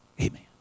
Amen